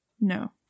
No